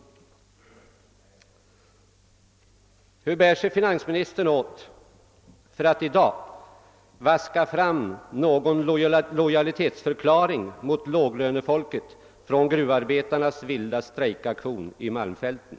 Hur bär sig finansministern åt för att i dag vaska fram någon lojalitetsförklaring mot låglönefolket från gruvarbetarnas vilda strejkaktion i malmfälten?